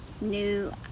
new